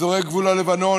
אזורי גבול הלבנון,